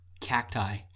cacti